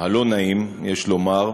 הלא-נעים יש לומר,